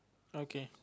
okay